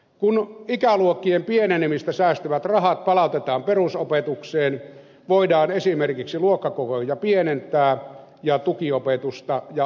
kun ikäluokkien pienenemisestä säästyvät rahat palautetaan perusopetukseen voidaan esimerkiksi luokkakokoja pienentää ja tukiopetusta ja oppilashuoltoa parantaa